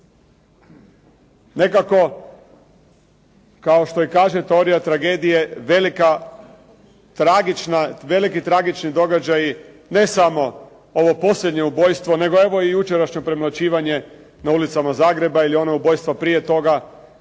Nekako kao što i kaže teorija tragedije veliki tragični događaji ne samo ovo posljednje ubojstvo, nego i jučerašnje premlaćivanje na ulicama Zagreba ili ona ubojstva prije toga,